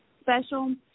special